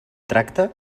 tracta